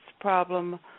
problem